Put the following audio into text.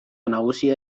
nagusia